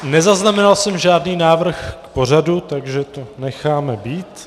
Nezaznamenal jsem žádný návrh pořadu, takže to necháme být.